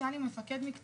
שם היה לי מפקד מקצועי,